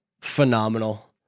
phenomenal